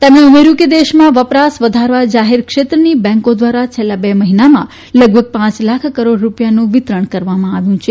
તેમણે ઉમેર્યું હતું કે દેશમાં વપરાશ વધારવા જાહેર ક્ષેત્રની બેંકોએ છેલ્લા બે મહિનામાં લગભગ પાંચ લાખ કરોડ રૂપિયાનું વિતરણ કરવામાં આવ્યું છે